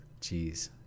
jeez